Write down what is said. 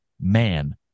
man